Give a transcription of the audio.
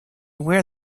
where